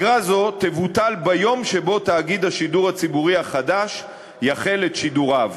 תבוטל ביום שבו תאגיד השידור הציבורי החדש יחל את שידוריו.